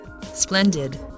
Splendid